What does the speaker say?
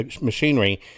machinery